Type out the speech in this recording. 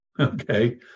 Okay